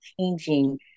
changing